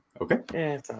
Okay